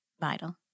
vital